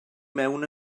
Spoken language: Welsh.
mewn